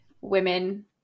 women